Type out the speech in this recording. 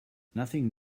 nothing